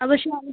अगर शामींं